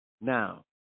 Now